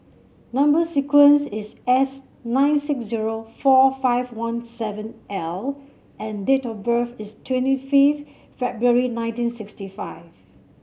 number sequence is S nine six zero four five one seven L and date of birth is twenty fifth February nineteen sixty five